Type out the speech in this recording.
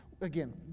Again